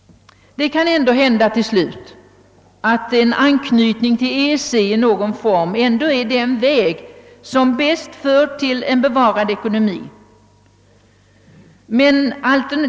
Det kan ändå till slut hända att någon form av anknytning till EEC är den väg, som bäst för till en bevarad ekonomi.